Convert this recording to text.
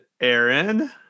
Aaron